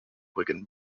wigan